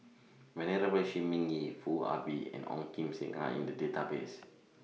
Venerable Shi Ming Yi Foo Ah Bee and Ong Kim Seng Are in The Database